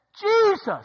Jesus